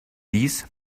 dies